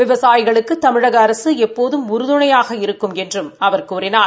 விவசாயிகளுக்கு தமிழக அரசு எப்போதும் உறுதிதுணையாக இருக்கும் என்றும் அவர் கூறினார்